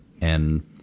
And-